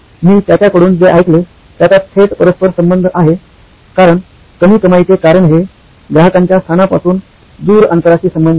मी त्याच्याकडून जे ऐकले त्याचा थेट परस्परसंबंध आहे कारण कमी कमाईचे कारण हे ग्राहकांच्या स्थानापासून दूर अंतराशी संबंधित आहे